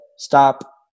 Stop